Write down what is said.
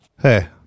Hey